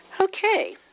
Okay